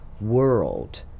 world